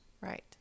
Right